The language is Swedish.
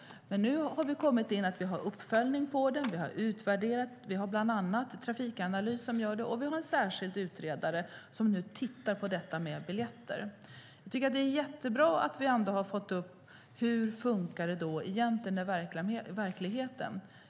Nu pågår uppföljning och utvärdering - vi har bland annat Trafikanalys som gör det - och vi har en särskild utredare som nu tittar på detta med biljetter. Jag tycker att det är jättebra att vi har fått upp frågan på dagordningen om hur det egentligen funkar i verkligheten.